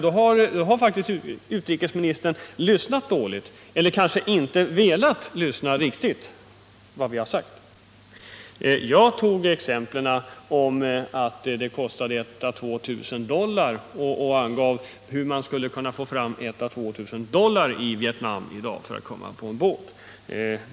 Då har faktiskt utrikesministern lyssnat dåligt, eller kanske utrikesministern inte har velat lyssna riktigt till vad vi har sagt. Som exempel tog jag upp att det kostade 1 000 ä 2 000 dollar att vara med ombord på flyktingbåtarna. Jag talade också om hur man i dag skulle kunna få fram denna summa i Vietnam.